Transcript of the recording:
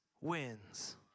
wins